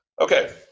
Okay